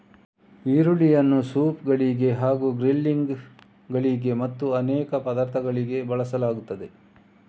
ಈರುಳ್ಳಿಯನ್ನು ಸೂಪ್ ಗಳಿಗೆ ಹಾಗೂ ಗ್ರಿಲ್ಲಿಂಗ್ ಗಳಿಗೆ ಮತ್ತು ಅನೇಕ ಪದಾರ್ಥಗಳಿಗೆ ಬಳಸುತ್ತಾರೆ